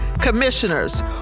commissioners